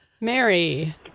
Mary